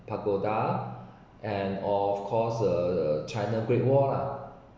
pagoda and of course uh china great wall lah